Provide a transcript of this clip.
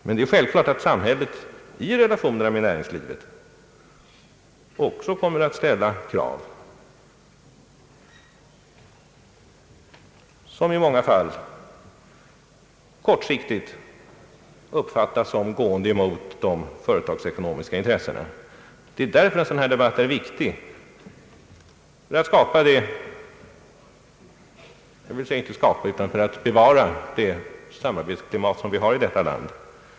Men det är självklart att samhället i relationerna med näringslivet också kommer att ställa krav som i många fall kortsiktigt uppfattas som gående emot de företagsekonomiska intressena. Det är därför som en debatt som denna är viktig, för att bevara det samarbetsklimat som vi har i detta land.